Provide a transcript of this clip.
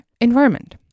environment